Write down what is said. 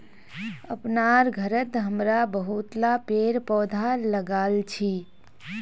अपनार घरत हमरा बहुतला पेड़ पौधा लगाल छि